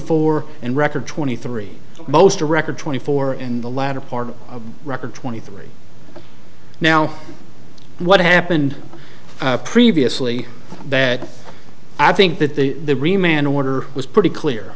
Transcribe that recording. four and record twenty three most a record twenty four in the latter part of a record twenty three now what happened previously that i think that the man order was pretty clear